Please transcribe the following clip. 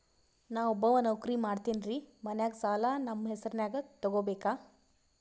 ನಾ ಒಬ್ಬವ ನೌಕ್ರಿ ಮಾಡತೆನ್ರಿ ಮನ್ಯಗ ಸಾಲಾ ನಮ್ ಹೆಸ್ರನ್ಯಾಗ ತೊಗೊಬೇಕ?